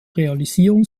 realisierung